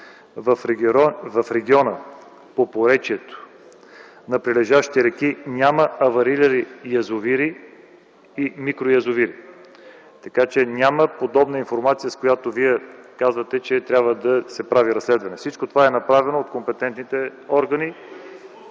в региона по поречието на прилежащите реки няма аварирали язовири и микроязовири, така че няма подобна информация, по която Вие казвате, че трябва да се прави разследване. Всичко това е направено от компетентните органи.